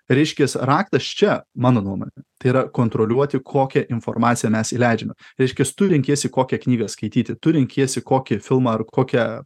reiškias raktas čia mano nuomone tai yra kontroliuoti kokią informaciją mes įleidžiame reiškias tu renkiesi kokią knygą skaityti tu renkiesi kokį filmą ar kokią